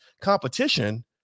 competition